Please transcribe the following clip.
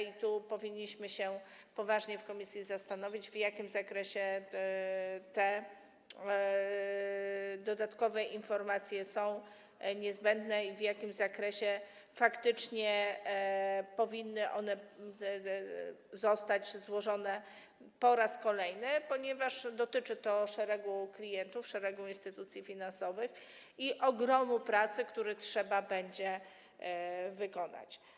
I tu powinniśmy się poważnie w komisji zastanowić, w jakim zakresie te dodatkowe informacje są niezbędne i w jakim zakresie faktycznie powinny one zostać złożone po raz kolejny, ponieważ dotyczy to szeregu klientów, szeregu instytucji finansowych i jest to ogrom pracy, którą trzeba będzie wykonać.